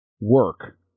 work